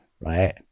right